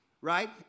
right